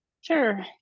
Sure